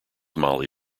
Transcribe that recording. molly